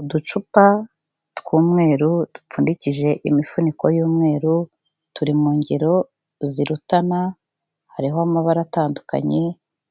Uducupa tw'umweru dupfundikije imifuniko y'umweru, turi mu ngero zirutana, hariho amabara atandukanye,